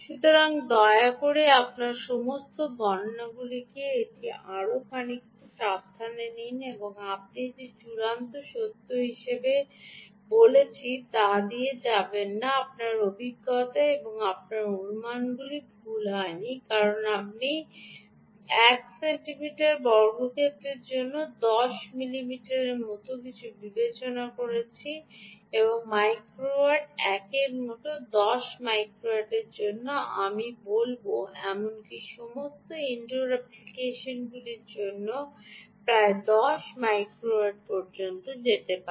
সুতরাং দয়া করে আপনার সমস্ত গণনাগুলিতে এটি আরও খানিকটা সাবধানে নিন এবং আমি যে চূড়ান্ত সত্য হিসাবে বলছি তা দিয়ে যাবেন না আমার অভিজ্ঞতা এবং আমার অনুমানগুলি ভুল হয়নি কারণ আমি 1 সেন্টিমিটার বর্গক্ষেত্রের জন্য 10 মিলি ওয়াটের মতো কিছু বিবেচনা করেছি আউটডোরের জন্য এবং 1 মাইক্রোওট প্রায় 10 মাইক্রোওটেটের জন্য আমি বলব এমনকি সমস্ত ইনডোর অ্যাপ্লিকেশনগুলির জন্য প্রায় 10 মাইক্রোওট পর্যন্ত যেতে পারে